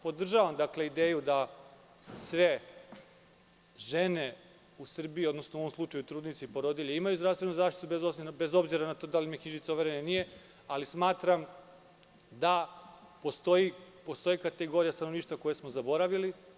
Podržavam ideju da sve žene u Srbiji, odnosno u ovom slučaju trudnice i porodilje, imaju zdravstvenu zaštitu bez obzira na to da li im je knjižica overena ili nije, ali smatram da postoje kategorije stanovništva koje smo zaboravili.